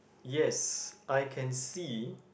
yes I can see